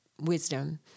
wisdom